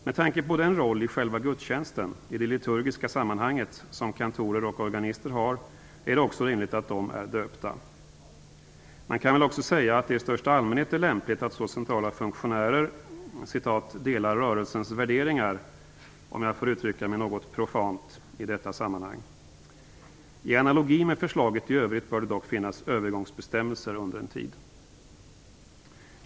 Med tanke på den roll i själva gudstjänsten, i det liturgiska sammanhanget, som kantorer och organister har är det rimligt att de är döpta. Man kan väl också säga att det i största allmänhet är lämpligt att så centrala funktionärer "delar rörelsens värderingar", om jag får uttrycka mig något profant i detta sammanhang. I analogi med förslaget i övrigt bör det dock finnas övergångsbestämmelser under en tid.